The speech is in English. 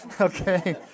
Okay